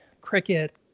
cricket